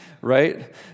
right